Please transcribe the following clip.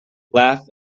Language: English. laugh